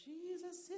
Jesus